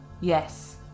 yes